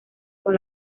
con